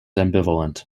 ambivalent